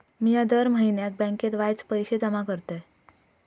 मिया दर म्हयन्याक बँकेत वायच पैशे जमा करतय